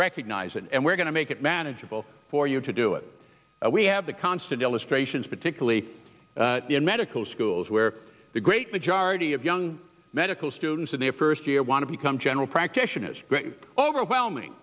recognize it and we're going to make it manageable for you to do it we have the constant illustrations particularly in medical schools where the great majority of young medical students in their first year want to become general practitioners overwhelming